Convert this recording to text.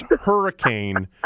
hurricane